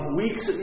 weeks